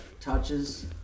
touches